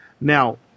now